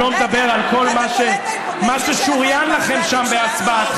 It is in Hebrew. אני לא מדבר על כל מה ששוריין לכם שם בהצבעתכם,